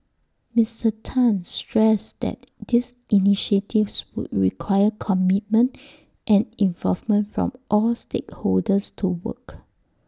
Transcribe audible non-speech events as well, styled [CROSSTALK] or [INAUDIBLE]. Mister Tan stressed that these initiatives [HESITATION] would require commitment and involvement from all stakeholders to work